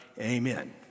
Amen